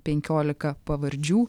penkiolika pavardžių